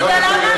אתה יודע למה?